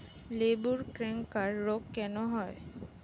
লেবুর ক্যাংকার রোগ কেন হয়?